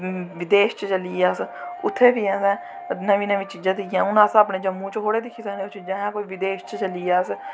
बिदेश च चली गे अस उत्थें बी असैं नमीं नमीं चीजां दिक्खियां ओह् अस जम्मू च थोह्ड़ी दिक्खी सकने ओह् चीजां अस बिदेश च चली गे कुतै